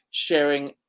sharing